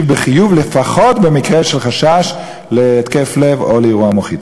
בחיוב לפחות לגבי המקרה של חשש להתקף לב או לאירוע מוחי.